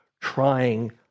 trying